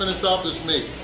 finish off this meat!